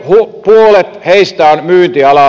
noin puolet heistä on myyntialalla